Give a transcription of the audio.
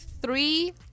three